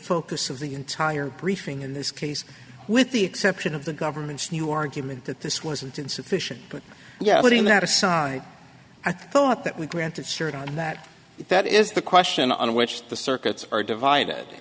focus of the entire briefing in this case with the exception of the government's new argument that this wasn't insufficient yeah but in that aside i thought that we granted certain that that is the question on which the circuits are divided